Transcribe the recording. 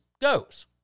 goes